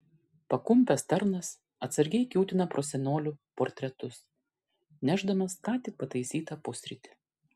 pakumpęs tarnas atsargiai kiūtina pro senolių portretus nešdamas ką tik pataisytą pusrytį